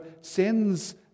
sends